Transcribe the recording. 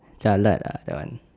jialat ah that one